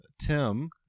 Tim